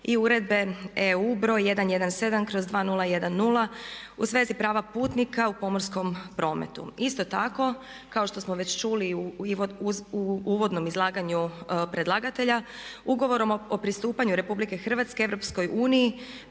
i uredbe EU br.117/2010. u svezi prava putnika u pomorskom prometu. Isto tako kao što smo već čuli i u uvodnom izlaganju predlagatelja, ugovorom o pristupanju RH EU